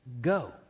go